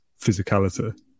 physicality